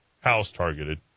house-targeted